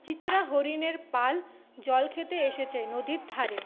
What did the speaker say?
চিত্রা হরিণের পাল জল খেতে এসেছে নদীর ধারে